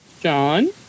John